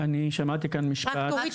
רבה,